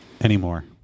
anymore